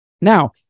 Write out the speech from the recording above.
Now